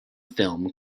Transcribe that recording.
film